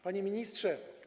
Panie Ministrze!